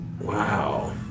Wow